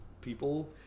people